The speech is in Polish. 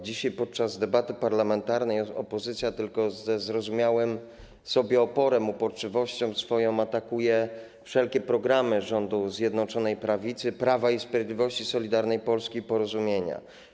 Dzisiaj, podczas debaty parlamentarnej opozycja ze zrozumiałym tylko sobie oporem, swoją uporczywością atakuje wszelkie programy rządu Zjednoczonej Prawicy, Prawa i Sprawiedliwości, Solidarnej Polski i Porozumienia.